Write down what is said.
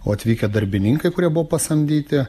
o atvykę darbininkai kurie buvo pasamdyti